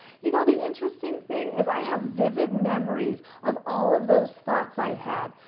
you know, the interesting thing is i have vivid memories of all of those thoughts i had.